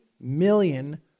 million